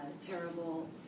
terrible